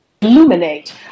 illuminate